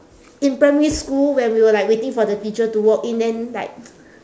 in primary school when we were like waiting for the teacher to walk in then like